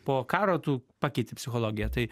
po karo tu pakeiti psichologiją tai